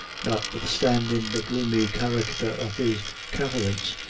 notwithstanding the gloomy character of his countenance,